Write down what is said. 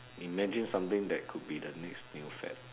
imagine something that could be the next new fad